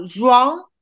wrong